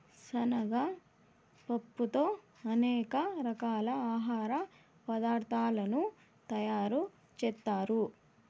శనగ పప్పుతో అనేక రకాల ఆహార పదార్థాలను తయారు చేత్తారు